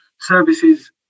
services